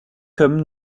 comme